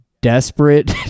desperate